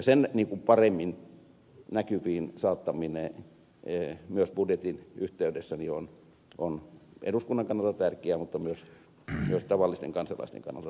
sen paremmin näkyviin saattaminen myös budjetin yhteydessä on eduskunnan kannalta tärkeää mutta myös tavallisten kansalaisten kannalta tärkeää